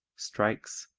strikes,